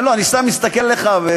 לא, אני סתם מסתכל אליך.